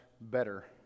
better